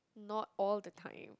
not all the time